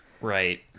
Right